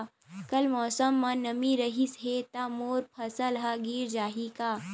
कल मौसम म नमी रहिस हे त मोर फसल ह गिर जाही का?